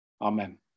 Amen